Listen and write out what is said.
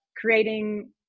creating